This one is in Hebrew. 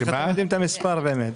איך הם יודעים את המספר, באמת?